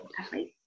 athlete